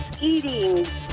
eating